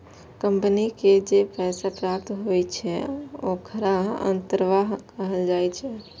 company के जे पैसा प्राप्त होइ छै, ओखरा अंतर्वाह कहल जाइ छै